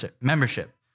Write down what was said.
membership